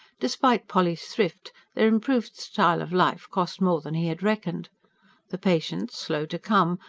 despite polly's thrift, their improved style of life cost more than he had reckoned the patients, slow to come,